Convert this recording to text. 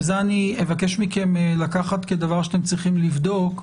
ואת זה אני אבקש מכם לקחת כדבר שאתם צריכים לבדוק,